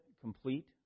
complete